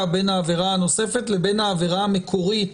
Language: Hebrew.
בין העבירה הנוספת לבין העבירה המקורית